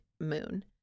moon